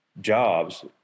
jobs